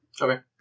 Okay